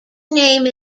name